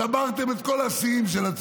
שברתם את כל השיאים של הצביעות.